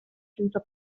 senza